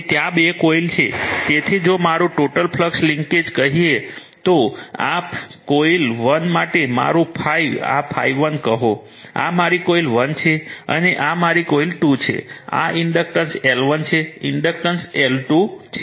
અને ત્યાં બે કોઇલ છે તેથી જો મારુ ટોટલ ફ્લક્સ લિંકેજ કહીએ તો આ કોઇલ 1 માટે મારું ∅ આ ∅1 કહો આ મારી કોઇલ 1 છે અને આ મારી કોઇલ 2 છે આ ઇન્ડક્ટન્સ L1 છે ઇન્ડક્ટન્સ L2 છે